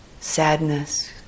sadness